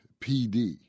PD